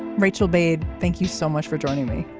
rachel babe thank you so much for joining me.